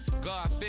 God